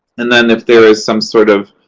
and then if there is some sort of